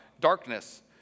darkness